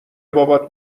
بابات